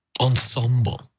Ensemble